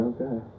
Okay